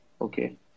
okay